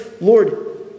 Lord